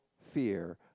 fear